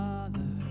Father